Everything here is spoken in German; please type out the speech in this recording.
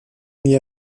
nie